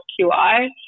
QI